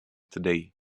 today